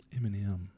Eminem